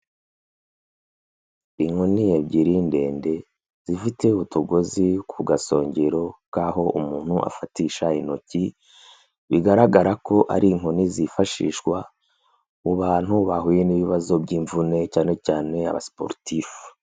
Inkoni ebyiri ndende zifite utugozi ku gasongero k'aho umuntu afatisha intoki bigaragara ko ari inkoni zifashishwa mu bantu bahuye n'ibibazo by'imvune cyane cyane aba sportifu.